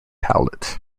howlett